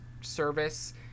service